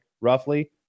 roughly